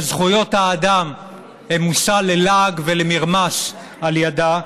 וזכויות האדם הן מושא ללעג ולמרמס על ידה,